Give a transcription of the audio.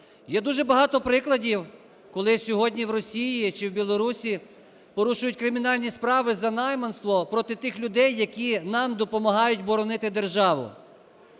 Є дуже багато прикладів, коли сьогодні в Росії чи в Білорусі порушують кримінальні справи за найманство проти тих людей , які нам допомагають боронити державу.